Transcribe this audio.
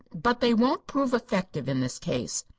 but they won't prove effective in this case.